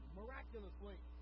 miraculously